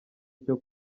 icyo